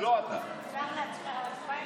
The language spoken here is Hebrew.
אדוני שר הרווחה,